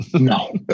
No